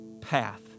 path